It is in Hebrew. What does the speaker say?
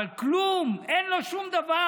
אבל כלום, אין לו שום דבר.